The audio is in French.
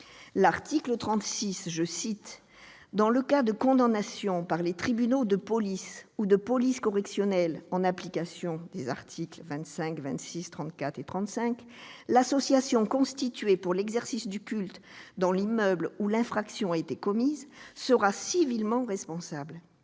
l'article 36, « dans le cas de condamnation par les tribunaux de police ou de police correctionnelle en application des articles 25 et 26, 34 et 35, l'association constituée pour l'exercice du culte dans l'immeuble où l'infraction a été commise sera civilement responsable. »